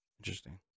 Interesting